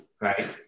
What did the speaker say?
right